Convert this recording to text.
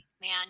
man